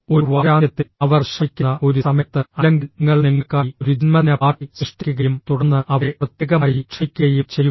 ഒരു വാരാന്ത്യത്തിൽ അവർ വിശ്രമിക്കുന്ന ഒരു സമയത്ത് അല്ലെങ്കിൽ നിങ്ങൾ നിങ്ങൾക്കായി ഒരു ജന്മദിന പാർട്ടി സൃഷ്ടിക്കുകയും തുടർന്ന് അവരെ പ്രത്യേകമായി ക്ഷണിക്കുകയും ചെയ്യുക